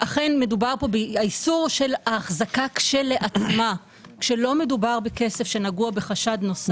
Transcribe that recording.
אכן מדובר האיסור של ההחזקה כשלעצמה כשלא מדובר בכסף שנגוע בחשד נוסף,